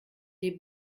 des